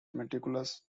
meticulous